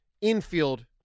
infield